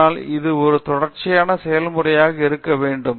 ஆனால் அது ஒரு தொடர்ச்சியான செயல்முறையாக இருக்க வேண்டும்